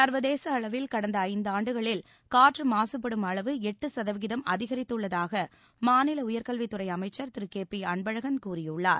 சர்வதேச அளவில் கடந்த ஐந்தாண்டுகளில் காற்று மாசுபடும் அளவு எட்டு சதவீதம் அதிகரித்துள்ளதாக மாநில உயர்கல்வித்துறை அமைச்சர் திரு கே பி அன்பழகன் கூறியுள்ளார்